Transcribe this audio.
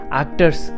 actors